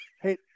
Hey